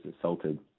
assaulted